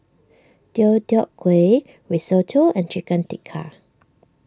Deodeok Gui Risotto and Chicken Tikka